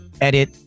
edit